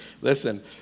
listen